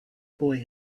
boy